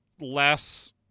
less